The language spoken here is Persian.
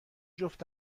جفت